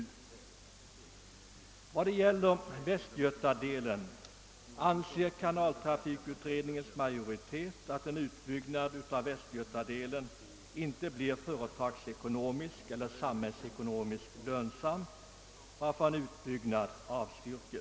Vad gäller västgötadelen anser kanaltrafikutredningens majoritet att en utbyggnad inte blir vare sig företagsekonomiskt eller samhällsekonomiskt lönsam, varför en sådan avstyrks.